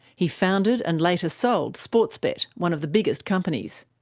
he founded and later sold sportsbet, one of the biggest companies.